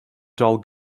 dull